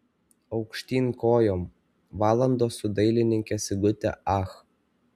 aukštyn kojom valandos su dailininke sigute ach